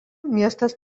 miestas